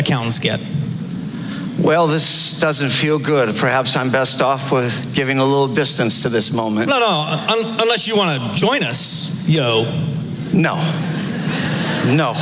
accountants get well this doesn't feel good perhaps i'm best off with giving a little distance to this moment a little less you want to join us you know know kno